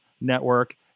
Network